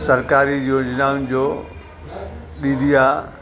सरकारी योजनाउनि जो ॾींदी आहे